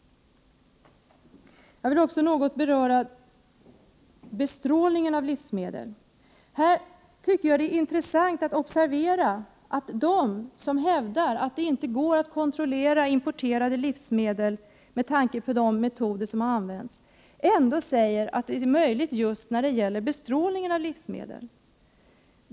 Jag vill också något beröra bestrålningen av livsmedel. Här tycker jag att det är intressant att observera att de som hävdar att det med tanke på de metoder som används inte går att kontrollera importerade livsmedel ändå säger att det är möjligt just när det gäller bestrålning av livsmedel.